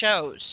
shows